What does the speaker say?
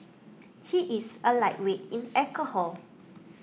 he is a lightweight in alcohol